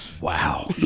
Wow